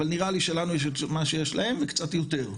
אבל נראה לי שלנו יש את מה שיש להם וקצת יותר.